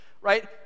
Right